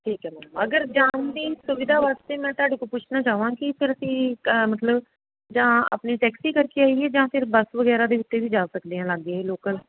ਠੀਕ ਹੈ ਮੈਮ ਅਗਰ ਜਾਣ ਦੀ ਸੁਵਿਧਾ ਵਾਸਤੇ ਮੈਂ ਤੁਹਾਡੇ ਕੋਲ ਪੁੱਛਣਾ ਚਾਹਵਾਂ ਕਿ ਫਿਰ ਅਸੀਂ ਮਤਲਬ ਜਾਂ ਆਪਣੀ ਟੈਕਸੀ ਕਰਕੇ ਆਈਏ ਜਾਂ ਫਿਰ ਬੱਸ ਵਗੈਰਾ ਦੇ ਉੱਤੇ ਵੀ ਜਾ ਸਕਦੇ ਹਾਂ ਲਾਗੇ ਹੀ ਲੋਕਲ